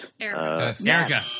Erica